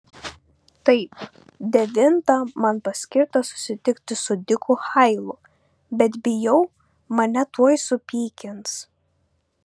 taip devintą man paskirta susitikti su diku hailu bet bijau mane tuoj supykins